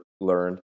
learned